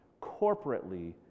corporately